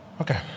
Okay